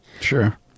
sure